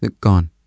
gone